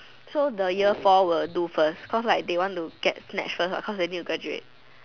so the year four will do first cause like they want to get snatched first what cause they need to graduate